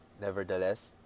Nevertheless